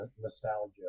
nostalgia